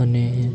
અને